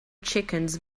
chickens